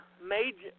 major